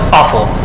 awful